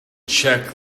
check